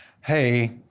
hey